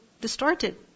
distorted